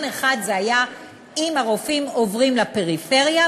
אחד היה אם הרופאים עוברים לפריפריה,